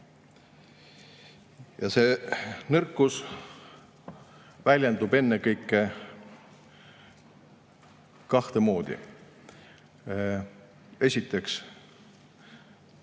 See nõrkus väljendub ennekõike kahte moodi: esiteks,